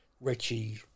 Richie